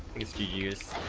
is u s.